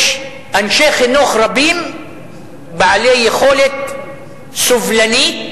יש אנשי חינוך רבים בעלי יכולת סובלנית,